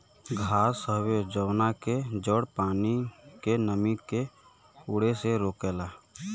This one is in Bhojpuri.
घास हवे जवना के जड़ पानी के नमी के उड़े से रोकेला